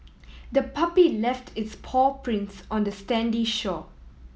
the puppy left its paw prints on the sandy shore